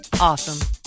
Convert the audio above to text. awesome